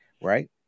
right